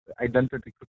identity